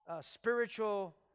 spiritual